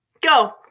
Go